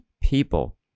people